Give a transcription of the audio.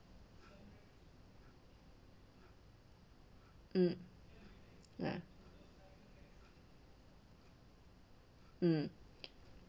mm ah mm